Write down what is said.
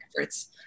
efforts